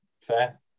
Fair